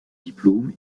diplôme